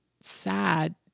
sad